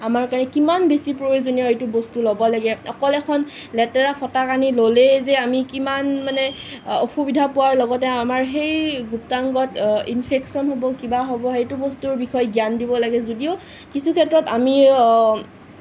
বাবে কিমান বেছি প্ৰয়োজনীয় সেইটো বস্তু ল'ব লাগে অকল এখন লেতেৰা ফটাকানি ল'লেই যে আমি কিমান মানে অসুবিধা পোৱাৰ লগতে আমাৰ সেই গুপ্তাংগত ইনফেক্সন হ'ব কিবা হ'ব সেইটো বস্তুৰ বিষয়ে জ্ঞান দিব লাগে যদিও কিছু ক্ষেত্ৰত আমি